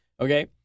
Okay